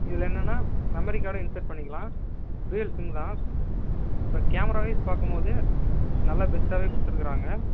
இதில் என்னென்னா மெமரி கார்டும் இன்செர்ட் பண்ணிக்கலாம் டூயல் சிம்மு தான் இப்போ கேமரா வைஸ் பார்க்கும்போது நல்லா பெஸ்ட்டாவே கொடுத்துருக்குறாங்க